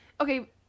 okay